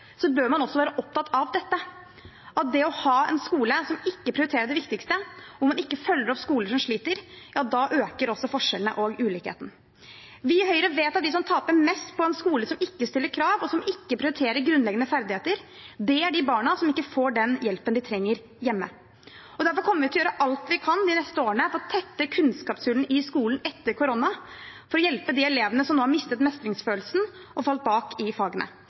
bør man også være opptatt av dette. Ved å ha en skole som ikke prioriterer det viktigste, og ved ikke å følge opp skoler som sliter, øker også forskjellene og ulikhetene. Vi i Høyre vet at de som taper mest på en skole som ikke stiller krav, og som ikke prioriterer grunnleggende ferdigheter, er de barna som ikke får den hjelpen de trenger hjemme. Derfor kommer vi til å gjøre alt vi kan de neste årene for å tette kunnskapshullene i skolen etter korona, for å hjelpe de elevene som nå har mistet mestringsfølelsen og ligger etter i fagene.